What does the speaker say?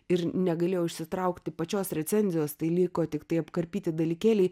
ir negalėjau išsitraukti pačios recenzijos tai liko tiktai apkarpyti dalykėliai